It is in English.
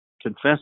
Confess